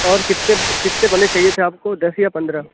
اور کتنے کتنے بندے چاہیے تھے آپ کو دس یا پندرہ